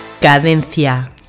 Cadencia